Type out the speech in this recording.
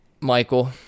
Michael